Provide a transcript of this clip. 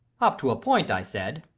up to a point, i said.